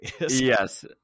Yes